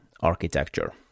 architecture